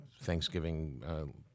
Thanksgiving